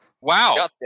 Wow